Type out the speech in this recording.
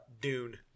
Dune